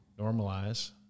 normalize